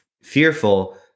fearful